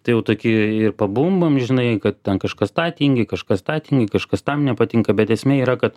tai jau tokie ir pabumbam žinai kad ten kažkas tą tingi kažką tą tingi kažkas tam nepatinka bet esmė yra kad